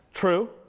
True